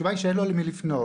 התשובה היא שאין לו למי לפנות.